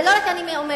זה לא רק אני אומרת,